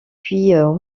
puis